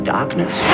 Darkness